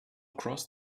cross